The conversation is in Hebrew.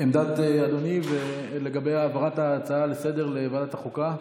עמדת אדוני לגבי העברת ההצעה לסדר-היום לוועדת החוקה?